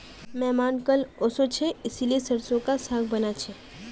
मेहमान कल ओशो छे इसीलिए सरसों का साग बाना छे